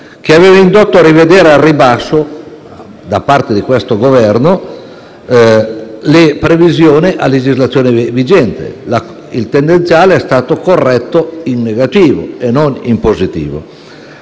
che aveva indotto a rivedere al ribasso, da parte di questo Governo, le previsioni a legislazione vigente; il tendenziale è stato corretto in negativo e non in positivo.